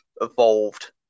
evolved